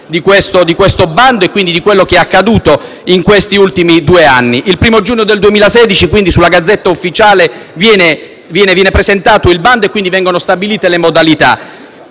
di questo bando e, quindi, di quanto accaduto in questi ultimi due anni. Il 1° giugno 2016 sulla *Gazzetta Ufficiale* viene presentato il bando e vengono stabilite le modalità.